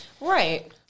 Right